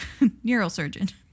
neurosurgeon